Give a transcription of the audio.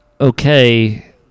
okay